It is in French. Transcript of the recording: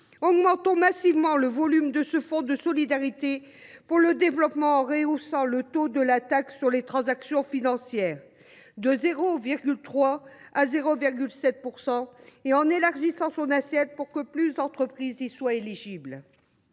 augmentons massivement le volume de notre fonds de solidarité pour le développement en rehaussant le taux de la taxe sur les transactions financières de 0,3 % à 0,7 % et en élargissant son assiette, afin que plus d’entreprises y soient assujetties.